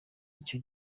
icyo